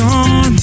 on